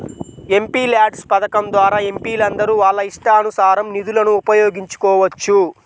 MPLADS పథకం ద్వారా ఎంపీలందరూ వాళ్ళ ఇష్టానుసారం నిధులను ఉపయోగించుకోవచ్చు